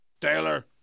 Taylor